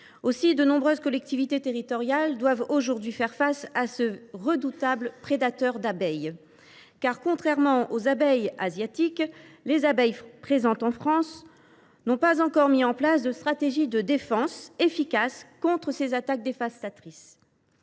Aussi, de nombreuses collectivités territoriales doivent faire face à ce redoutable prédateur d’abeilles. Contrairement aux abeilles asiatiques, celles qui sont présentes en France n’ont pas encore mis en place de stratégie de défense efficace contre ses attaques dévastatrices.